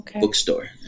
bookstore